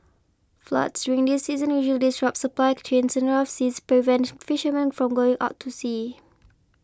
floods during this season usually disrupt supply chains and rough seas prevent fishermen from going out to sea